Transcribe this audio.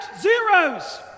Zeros